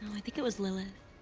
i think it was lilith.